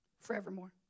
forevermore